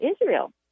Israel